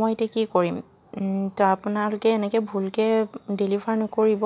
মই এতিয়া কি কৰিম তো আপোনালোকে এনেকৈ ভুলকৈ ডেলিভাৰ নকৰিব